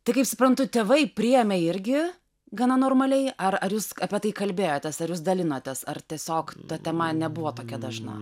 tai kaip suprantu tėvai priėmė irgi gana normaliai ar ar jūs apie tai kalbėjotės ar jūs dalinotės ar tiesiog ta tema nebuvo tokia dažna